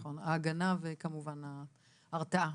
נכון, ההגנה וכמובן ההרתעה.